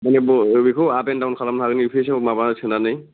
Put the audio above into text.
जेनबा बेखौ up and down खालामनो हागोन इउपिएसआव माबा सोनानै